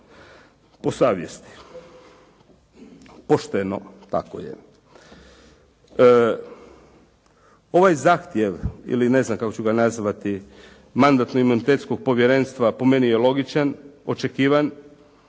po savjesti, pošteno, tako je. Ovaj zahtjev ili ne znam kako ću ga nazvati, Mandatno-imunitetskog povjerenstva po meni je logičan, očekivan